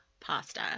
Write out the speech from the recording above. pasta